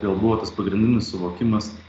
gal buvo tas pagrindinis suvokimas